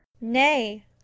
Nay